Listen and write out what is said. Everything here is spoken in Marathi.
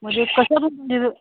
म्हणजे कशा पद्धतीनं